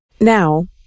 Now